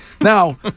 Now